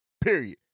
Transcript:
period